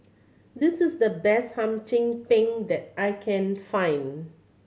this is the best Hum Chim Peng that I can find